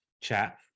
chat